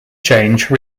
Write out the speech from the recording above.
change